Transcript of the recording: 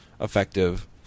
effective